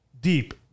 deep